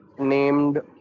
Named